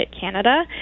Canada